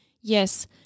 Yes